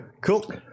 cool